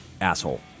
asshole